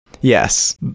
Yes